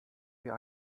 wir